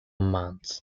months